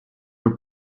for